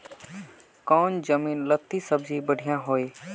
कौन जमीन लत्ती सब्जी बढ़िया हों?